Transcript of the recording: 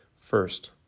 First